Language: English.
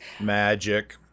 Magic